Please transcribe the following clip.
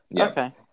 Okay